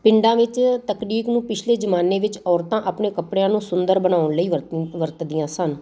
ਪਿੰਡਾਂ ਵਿੱਚ ਤਕਨੀਕ ਨੂੰ ਪਿਛਲੇ ਜ਼ਮਾਨੇ ਵਿੱਚ ਔਰਤਾਂ ਆਪਣੇ ਕੱਪੜਿਆਂ ਨੂੰ ਸੁੰਦਰ ਬਣਾਉਣ ਲਈ ਵਰਤੀ ਵਰਤਦੀਆਂ ਸਨ